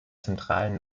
zentralen